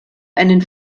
einen